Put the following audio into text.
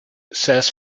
says